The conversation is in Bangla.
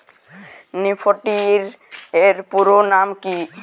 নিফটি এর পুরোনাম কী?